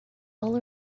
all